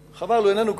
חבל, הוא איננו פה.